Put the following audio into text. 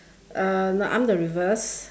uh no I'm the reverse